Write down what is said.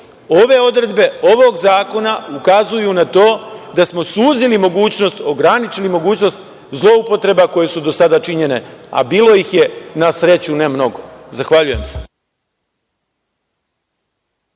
Ove odredbe ovog zakona ukazuju na to da smo suzili mogućnost, ograničili mogućnost zloupotreba koje su do sada činjene, a bilo ih je na sreću ne mnogo. Zahvaljujem.